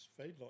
feedlot